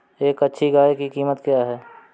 एक अच्छी गाय की कीमत क्या है?